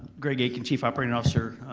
greg akin, chief operating officer.